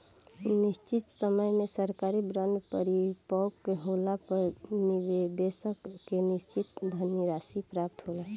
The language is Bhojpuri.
निशचित समय में सरकारी बॉन्ड परिपक्व होला पर निबेसक के निसचित धनराशि प्राप्त होला